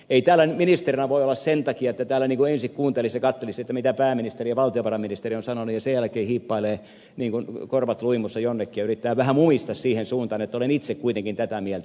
ei täällä ministerinä voi olla sen takia että täällä niin kuin ensin kuuntelisi ja katselisi mitä pääministeri ja valtiovarainministeri ovat sanoneet ja sen jälkeen hiippailisi korvat luimussa jonnekin ja yrittäisi vähän mumista siihen suuntaan että olen itse kuitenkin tätä mieltä